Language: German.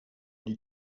die